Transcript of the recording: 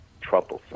troublesome